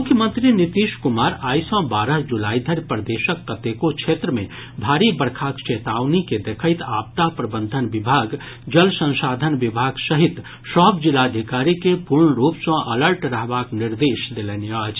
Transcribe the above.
मुख्यमंत्री नीतीश कुमार आइ सॅ बारह जुलाई धरि प्रदेशक कतेको क्षेत्र मे भारी बरखाक चेतावनी के देखैत आपदा प्रबंधन विभाग जल संसाधन विभाग सहित सभ जिलाधिकारी के पूर्ण रूप सॅ अलर्ट रहबाक निर्देश देलनि अछि